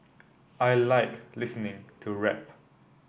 I like listening to rap